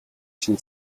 чинь